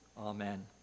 amen